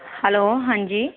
hello ਹਾਂਜੀ